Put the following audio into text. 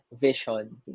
vision